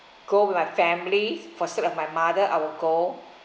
go with my family for sake of my mother I will go